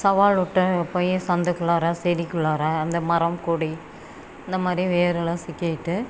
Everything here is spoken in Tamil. சவால் விட்டு போய் சந்துக்குள்ளார செடிக்குள்ளார அந்த மரம் கொடி இந்த மாதிரி வேரில் சிக்கிக்கிட்டு